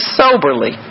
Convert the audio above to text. soberly